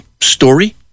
story